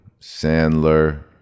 Sandler